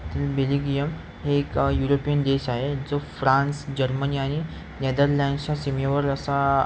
तील बिलिगियम हे एक युरोपियन देश आहे जो फ्रान्स जर्मनी आणि नेदरलँडच्या सिमेवर असा